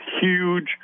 huge